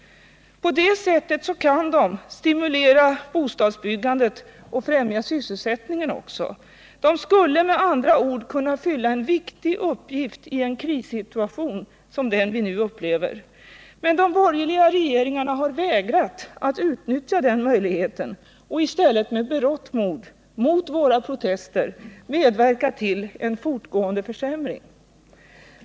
På det sättet kan de också stimulera bostadsbyggandet och främja sysselsättningen. De skulle med andra ord kunna fylla en viktig uppgift i en krissituation som den vi nu upplever. Men de borgerliga regeringarna har vägrat att utnyttja den möjligheten och i stället med berått mod — mot våra protester — medverkat till en fortgående försämring.